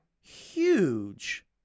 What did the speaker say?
huge